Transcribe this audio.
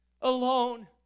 alone